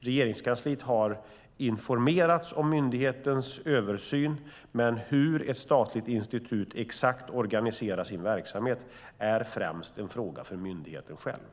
Regeringskansliet har informerats om myndighetens översyn, men hur ett statligt institut exakt organiserar sin verksamhet är främst en fråga för myndigheten själv.